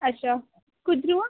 अच्छा कुद्धरुआं